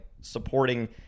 supporting